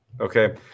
Okay